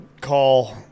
call